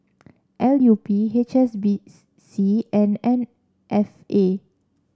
L U P H S B C and M F A